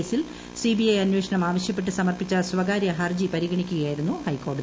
കേസിൽ സിബിഐ അന്വേഷണം ആവശ്യപ്പെട്ട് സമർപ്പിച്ച സ്വകാര്യ ഹർജി പരിഗണിക്കുകയായിരുന്നു ഹൈക്കോടതി